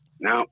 now